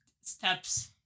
steps